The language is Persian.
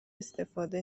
استفاده